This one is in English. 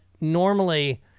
normally